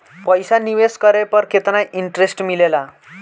पईसा निवेश करे पर केतना इंटरेस्ट मिलेला?